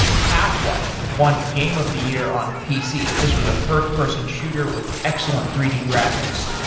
half life won game of the year on pc. this was a first-person shooter with excellent three d graphics.